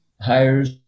hires